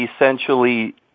essentially